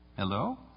Hello